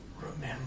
remember